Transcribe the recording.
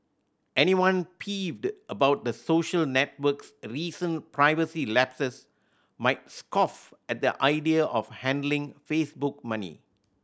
anyone peeved about the social network's recent privacy lapses might scoff at the idea of handing Facebook money